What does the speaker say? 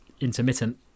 intermittent